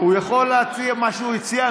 הוא יכול להציע מה שהוא הציע.